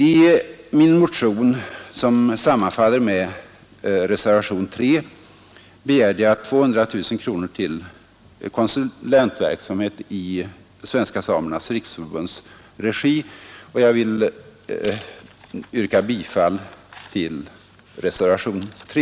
I min motion, som sammanfaller med reservationen 3, begär jag för nästa budgetår 200 000 kronor till konsulentverksamhet i Svenska samernas riksförbunds regi, och jag vill, herr talman, yrka bifall till reservationen 3.